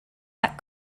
that